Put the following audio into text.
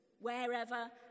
wherever